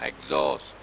Exhaust